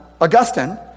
Augustine